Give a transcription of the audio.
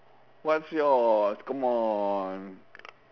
what's yours come on